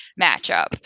matchup